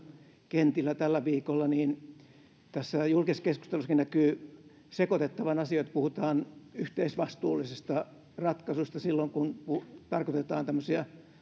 kentillä tällä viikolla niin tässä julkisessa keskustelussakin näkyy sekoitettavan asiat puhutaan yhteisvastuullisista ratkaisuista silloin kun kun tarkoitetaan tämmöisiä